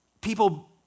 people